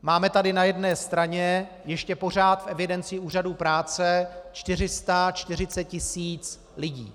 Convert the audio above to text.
Máme tady na jedné straně ještě pořád v evidenci úřadů práce 440 tis. lidí.